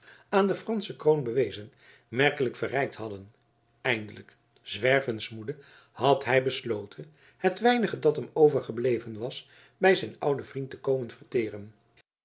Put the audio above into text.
aan de fransche kroon bewezen merkelijk verrijkt hadden eindelijk zwervens moede had hij besloten het weinige dat hem overgebleven was bij zijn ouden vriend te komen verteren